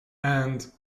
and